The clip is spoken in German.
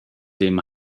dem